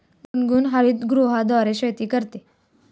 गुनगुन हरितगृहाद्वारे शेती करते